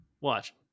watch